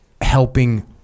helping